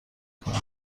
کنم